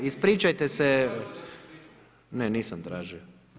Ispričajte se. … [[Upadica sa strane, ne razumije se.]] Ne nisam tražio.